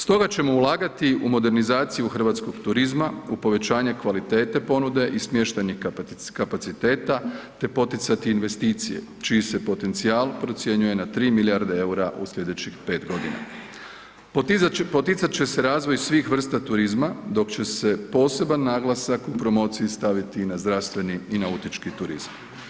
Stoga ćemo ulagati u modernizaciju hrvatskog turizma, u povećanje kvalitete ponude i smještajnih kapaciteta, te poticati investicije čiji se potencijal procjenjuje na 3 milijarde EUR-a u slijedećih 5.g. Poticat će se razvoj svih vrsta turizma dok će se poseban naglasak u promociji staviti i na zdravstveni i nautički turizam.